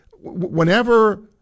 whenever